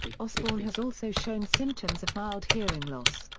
osbourne has also shown symptoms of mild hearing loss,